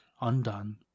undone